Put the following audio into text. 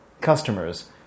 customers